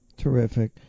Terrific